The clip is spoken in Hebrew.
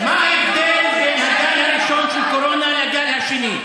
מה ההבדל בין הגל הראשון של הקורונה לגל השני?